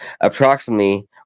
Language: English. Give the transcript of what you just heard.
approximately